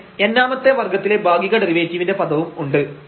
അങ്ങനെ n ആമത്തെ വർഗ്ഗത്തിലെ ഭാഗിക ഡെറിവേറ്റീവിന്റെ പദവും ഉണ്ട്